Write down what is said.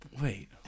Wait